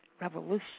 Revolution